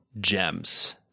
gems